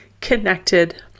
connected